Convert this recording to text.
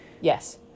yes